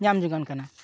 ᱧᱟᱢ ᱡᱚᱝᱼᱟᱱ ᱠᱟᱱᱟ